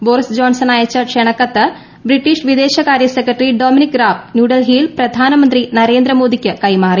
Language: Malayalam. ബോറിസ് ജോണ്സണ് അയച്ച ക്ഷ്ണക്കത്ത് ബ്രിട്ടീഷ് വിദേശകാര്യ സെക്രട്ടറി ഡൊമിനിക് റാബ് ന്യൂഡൽഹിയിൽ പ്രധാനമന്ത്രി നരേന്ദ്ര മോദിക്ക് കൈമാറി